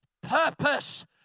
purpose